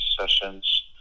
sessions